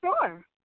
Sure